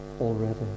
already